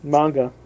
Manga